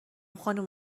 خانوم